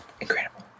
incredible